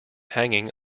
hanging